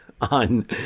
on